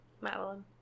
madeline